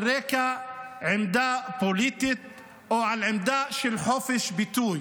רקע עמדה פוליטית או על רקע של חופש ביטוי.